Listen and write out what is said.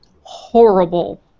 horrible